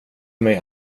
mig